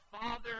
Father